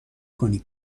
کنیم